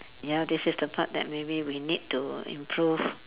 ya this is the part that maybe we need to improve